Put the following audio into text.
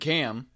Cam